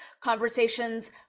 conversations